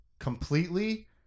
completely